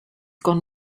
gone